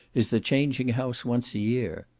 is the changing house once a year.